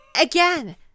Again